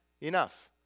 enough